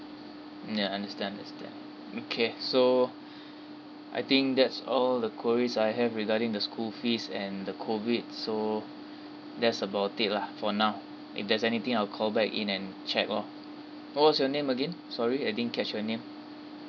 mm ya understand understand okay so I think that's all the queries I have regarding the school fees and the COVID so that's about it lah for now if there's anything I'll call back in and check orh what was your name again sorry I didn't catch your name